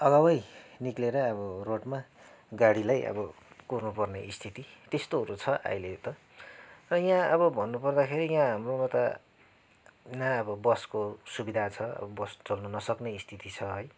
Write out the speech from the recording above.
अगावै निक्लिएर अब रोडमा गाडीलाई अब कुर्नपर्ने स्थिति त्यस्तोहरू छ अहिले त र यहाँ अब भन्नु पर्दाखेरि यहाँ हाम्रोमा त न अब बसको सुबिधा छ बस चल्न नसक्ने स्थिति छ है